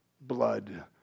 blood